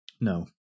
no